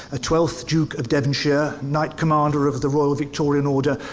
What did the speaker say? ah twelfth duke of devonshire, night commander of the royal victorian order,